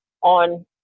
on